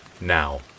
Now